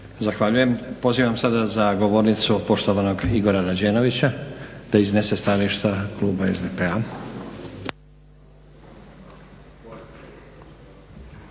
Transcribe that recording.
Zahvaljujem. Pozivam sada za govornicu poštovanog Igora Rađenovića da iznese stajališta kluba SDP-a.